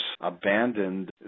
abandoned